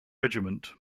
regiment